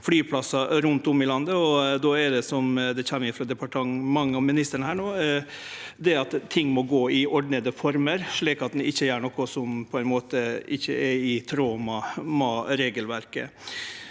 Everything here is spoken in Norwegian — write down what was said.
flyplassar rundt om i landet. Det som kjem frå departementet og ministeren no, er at ting må skje i ordna former, slik at me ikkje gjer noko som ikkje er i tråd med regelverket.